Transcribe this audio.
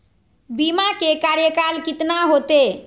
बीमा के कार्यकाल कितना होते?